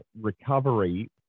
recovery